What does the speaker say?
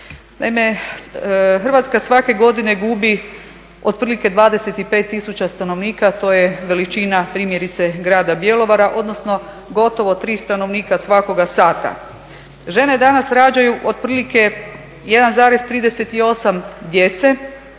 Naime, Hrvatska svake godine gubi otprilike 25000 stanovnika. To je veličina primjerice grada Bjelovara, odnosno gotovo 3 stanovnika svakoga sata. Žene danas rađaju otprilike 1,38 djece.